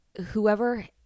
whoever